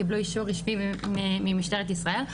קיבלו אישור ממשטרת ישראל,